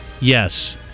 Yes